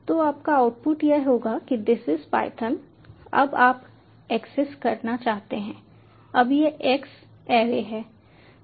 तो आपका आउटपुट यह होगा कि दिस इज पायथन अब आप एक्सेस करना चाहते हैं अब यह x ऐरे है